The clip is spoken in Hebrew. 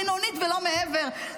בינונית ולא מעבר,